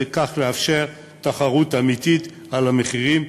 וכך לאפשר תחרות אמיתית על המחירים,